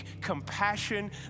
compassion